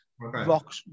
Rock